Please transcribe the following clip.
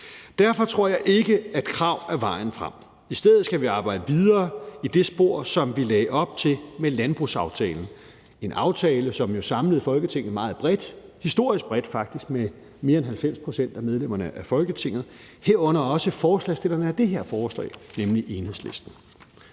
Derfor tror jeg ikke, at krav er vejen frem. I stedet skal vi arbejde videre i det spor, som vi lagde op til med landbrugsaftalen, en aftale, som jo samlede Folketinget meget bredt, faktisk historisk bredt med mere end 90 pct. af medlemmerne af Folketinget, herunder også forslagsstillerne bag det her forslag, nemlig Enhedslisten.